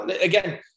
Again